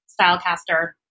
Stylecaster